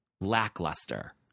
lackluster